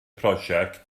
prosiect